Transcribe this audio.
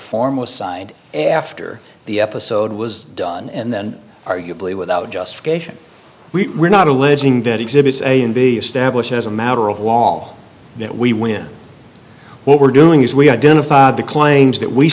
foremost side after the episode was done and then arguably without justification we were not alleging that exhibits a and b established as a matter of law all that we when what we're doing is we identify the claims that we